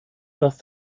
dass